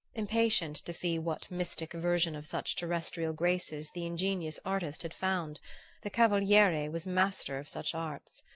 impatient to see what mystic version of such terrestrial graces the ingenious artist had found the cavaliere was master of such arts.